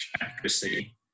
accuracy